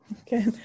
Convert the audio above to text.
Okay